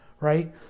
right